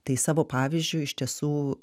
tai savo pavyzdžiu iš tiesų